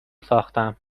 ساختم